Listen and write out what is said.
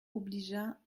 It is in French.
obligea